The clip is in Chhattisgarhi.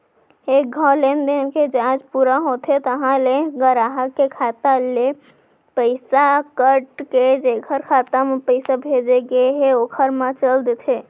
एक घौं लेनदेन के जांच पूरा होथे तहॉं ले गराहक के खाता ले पइसा कट के जेकर खाता म पइसा भेजे गए हे ओकर म चल देथे